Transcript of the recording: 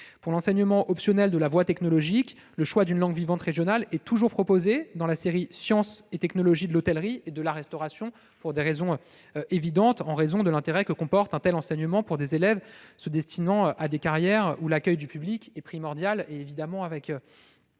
Pour l'enseignement optionnel de la voie technologique, le choix d'une langue vivante régionale est toujours proposé dans la série « Sciences et technologies de l'hôtellerie et de la restauration », en raison de l'intérêt évident que comporte un tel enseignement pour des élèves se destinant à des carrières où l'accueil et le contact avec